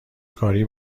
کاری